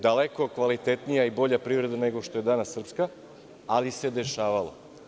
Daleko kvalitetnija i bolja privreda nego što je danas srpska, ali se dešavalo.